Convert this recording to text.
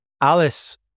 Alice